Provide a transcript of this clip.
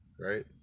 Right